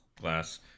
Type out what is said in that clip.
glass